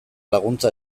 laguntza